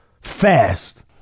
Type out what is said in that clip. fast